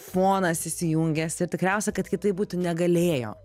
fonas įsijungęs ir tikriausia kad kitaip būti negalėjo